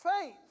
faith